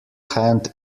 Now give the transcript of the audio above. hand